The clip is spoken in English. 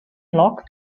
lock